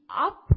up